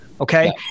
Okay